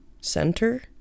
center